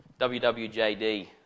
WWJD